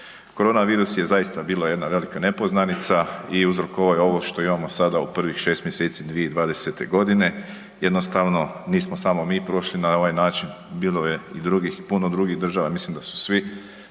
Koronavirus je zaista bila jedna velika nepoznanica i uzrok ovo što imamo sada u prvih 6 mjeseci 2020. g. jednostavno, nismo samo mi prošli na ovaj način, bilo je i drugih, puno drugih država, mislim da su svi